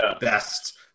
best